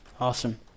Awesome